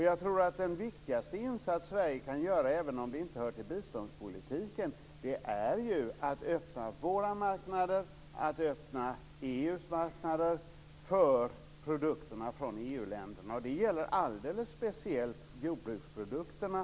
Jag tror att den viktigaste insatsen Sverige kan göra, även om det inte hör till biståndspolitiken, är att öppna våra marknader, att öppna EU:s marknader för produkterna från EU länderna. Det gäller alldeles speciellt jordbruksprodukterna.